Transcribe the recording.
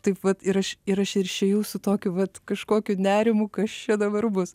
taip vat ir aš ir aš ir išėjau su tokiu vat kažkokiu nerimu kas čia dabar bus